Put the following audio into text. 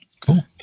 Cool